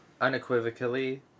Unequivocally